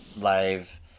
live